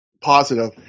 positive